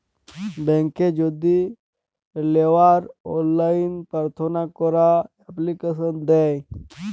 ব্যাংকে যদি লেওয়ার অললাইন পার্থনা ক্যরা এপ্লিকেশন দেয়